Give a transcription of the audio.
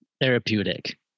Therapeutic